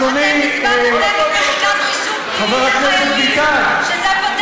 אתם הצבעתם נגד מחיקת רישום פלילי לחיילים, שזה,